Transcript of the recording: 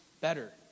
better